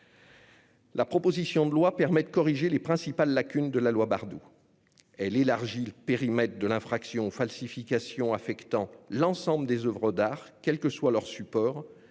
La proposition de loi permet de corriger les principales lacunes de la loi Bardoux. Elle élargit le périmètre de l'infraction aux falsifications affectant l'ensemble des oeuvres d'art, quel que soit leur support,